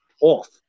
off